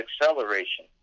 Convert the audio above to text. acceleration